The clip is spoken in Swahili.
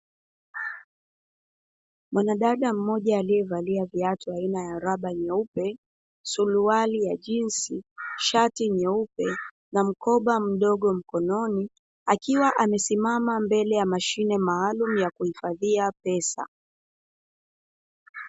Mwanadada mmoja aliyevalia viatu aina ya raba nyeupe, suruali ya jinzi, shati nyeupe na mkoba mdogo mkononi, akiwa amesimama mbele ya mashine maalumu ya kuhifadhia pesa.